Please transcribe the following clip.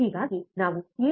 ಹೀಗಾಗಿ ನಾವು 7